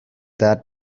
that